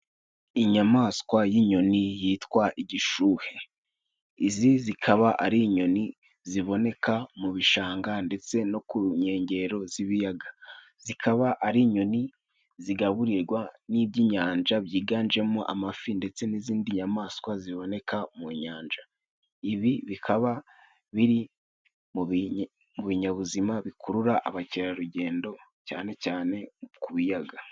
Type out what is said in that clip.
Inyamaswa y'inyoni yitwa igishuhe. Izi zikaba ari inyoni ziboneka mu bishanga ndetse no ku nkengero z'ibiyaga. Zikaba ari inyoni zigaburirwa n'iby'inyanja, byiganjemo amafi ndetse n'izindi nyamaswa ziboneka mu nyanja. Ibi bikaba biri mu binyabuzima bikurura abakerarugendo cyane cyane ku biyaga.